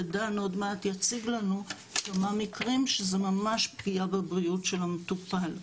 דן עוד מעט יציג לנו כמה מקרים שזה ממש פגיעה בבריאות של המטופל.